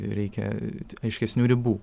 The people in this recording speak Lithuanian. ir reikia aiškesnių ribų